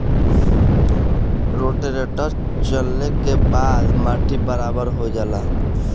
rotator चलले के बाद माटी बराबर हो जाला